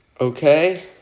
Okay